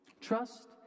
Trust